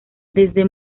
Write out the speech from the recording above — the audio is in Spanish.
desde